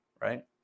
Right